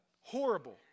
Horrible